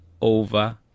Over